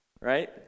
Right